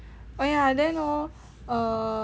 !aiya! then hor err